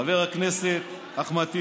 חבר הכנסת אחמד טיבי,